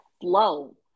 flow